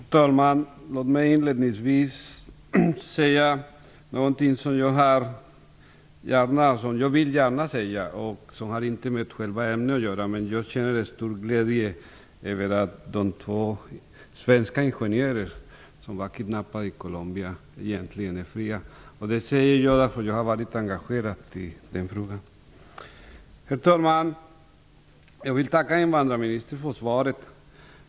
Herr talman! Låt mig inledningsvis säga något som jag gärna vill framföra och som inte har med själva ämnet att göra. Jag känner en stor glädje över att de två svenska ingenjörer som varit kidnappade i Colombia nu äntligen är fria. Jag säger det därför att jag har varit engagerad i den frågan. Herr talman! Jag vill tacka invandrarministern för svaret.